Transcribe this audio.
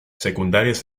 secundarias